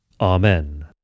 Amen